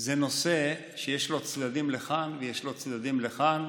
זה נושא שיש לו צדדים לכאן ויש לו צדדים לכאן.